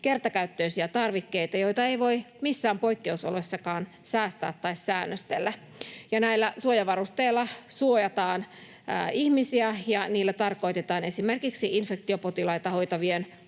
kertakäyttöisiä tarvikkeita, joita ei voi missään poikkeusoloissakaan säästää tai säännöstellä. Näillä suojavarusteilla suojataan ihmisiä, ja niillä tarkoitetaan esimerkiksi infektiopotilaita hoitavien